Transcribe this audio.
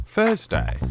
Thursday